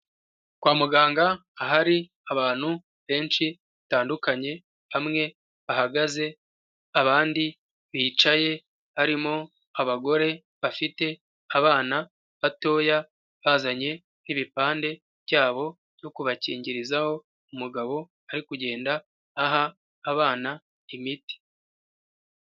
Kwa muganga ahari abantu benshi batandukanye bamwe bagaze abandi bicaye harimo abagore bafite abana batoya bazanye n'ibipande byabo byo kubakingirizaho umugabo ari kugenda aha abana imiti.